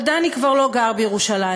אבל דני כבר לא גר בירושלים,